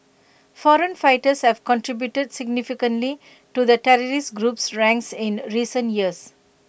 foreign fighters have contributed significantly to the terrorist group's ranks in recent years